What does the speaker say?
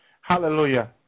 Hallelujah